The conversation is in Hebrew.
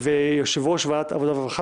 ולהצעת חוק להסדר התדיינויות בסכסוכי משפחה (הוראת שעה)